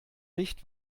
nicht